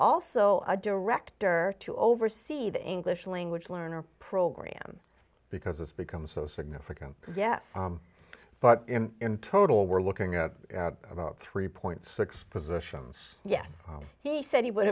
also a director to oversee the english language learner program because it's become so significant yes but in total we're looking at about three dollars positions yes he said he would